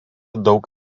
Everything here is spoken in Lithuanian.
daug